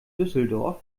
düsseldorf